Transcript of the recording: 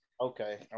Okay